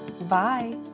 Bye